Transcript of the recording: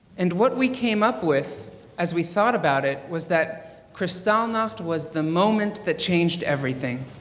and what we came up with as we thought about it was that kristallnacht was the moment that changed everything.